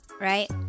Right